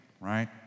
right